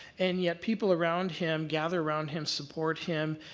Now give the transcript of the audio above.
and yet people around him gather around him, support him,